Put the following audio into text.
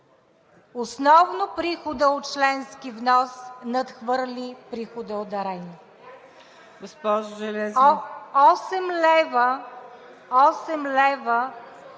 Основно приходът от членски внос надхвърли прихода от дарения.